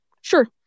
Sure